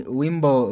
wimbo